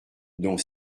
dont